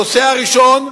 הנושא הראשון,